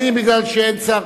האם מכיוון שאין שר,